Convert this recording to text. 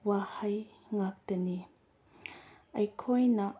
ꯋꯥꯍꯩ ꯉꯥꯛꯇꯅꯤ ꯑꯩꯈꯣꯏꯅ